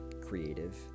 creative